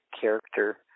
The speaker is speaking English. character